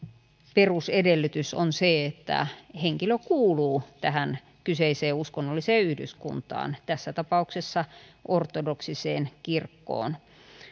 perusedellytys on se että henkilö kuuluu tähän kyseiseen uskonnolliseen yhdyskuntaan tässä tapauksessa ortodoksiseen kirkkoon